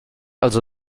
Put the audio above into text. also